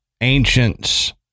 ancients